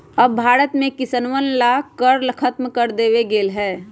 अब भारत में किसनवन ला कर खत्म कर देवल गेले है